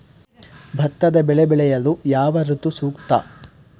ಭತ್ತದ ಬೆಳೆ ಬೆಳೆಯಲು ಯಾವ ಋತು ಸೂಕ್ತ?